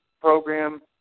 program